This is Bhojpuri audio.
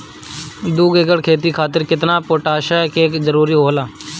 दु एकड़ खेती खातिर केतना पोटाश के जरूरी होला?